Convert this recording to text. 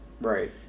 Right